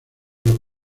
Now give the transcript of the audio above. los